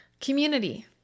Community